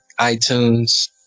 iTunes